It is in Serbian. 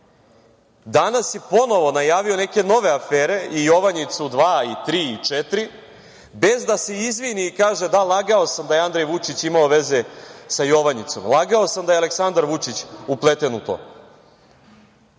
Danas je ponovo najavio neke nove afere, Jovanjicu dva, tri, četiri, bez da se izvini i kaže – da, lagao sam da je Andrej Vučić imao veze sa „Jovanjicom“, lagao sam da je Aleksandar Vučić upleten u to.